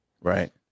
Right